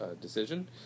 decision